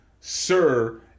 Sir